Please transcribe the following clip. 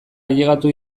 ailegatu